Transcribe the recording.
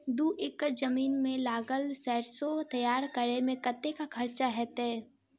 दू एकड़ जमीन मे लागल सैरसो तैयार करै मे कतेक खर्च हेतै?